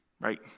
right